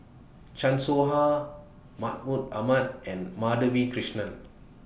Chan Soh Ha Mahmud Ahmad and Madhavi Krishnan